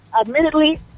Admittedly